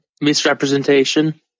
misrepresentation